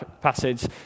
passage